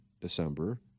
december